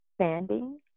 standing